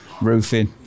roofing